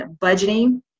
budgeting